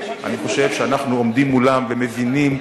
אני חושב שאנחנו עומדים מולם ומבינים,